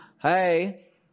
Hey